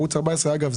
אגב,